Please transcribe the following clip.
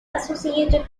associated